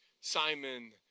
Simon